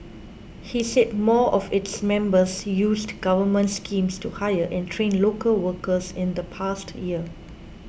he said more of its members used government schemes to hire and train local workers in the past year